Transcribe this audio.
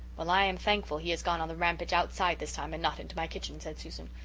well, i am thankful he has gone on the rampage outside this time and not into my kitchen, said susan.